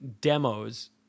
demos